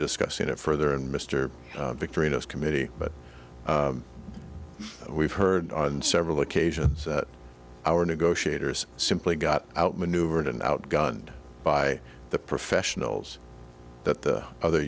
discussing it further and mr victory in this committee but we've heard on several occasions that our negotiators simply got outmaneuvered and outgunned by the professionals that the other